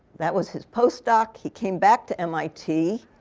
that was his post-doc. he came back to mit.